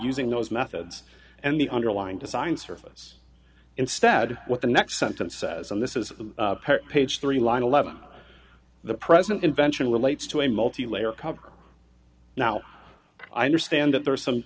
using those methods and the underlying design surface instead what the next sentence says and this is the page three line eleven the president invention relates to a multi layer cover now i understand that there is some